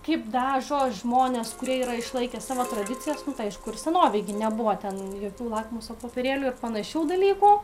kaip dažo žmonės kurie yra išlaikę savo tradicijas aišku ir senovėj gi nebuvo ten jokių lakmuso popierėlių ir panašių dalykų